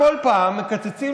כל פעם מקצצים,